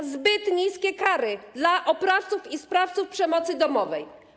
Są zbyt niskie kary dla oprawców i sprawców przemocy domowej.